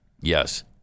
Yes